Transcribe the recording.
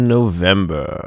November